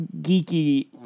geeky